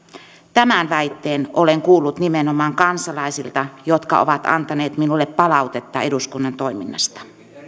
tämän väitteen olen kuullut nimenomaan kansalaisilta jotka ovat antaneet minulle palautetta eduskunnan toiminnasta